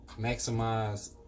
maximize